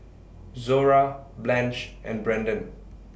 Zora Blanch and Branden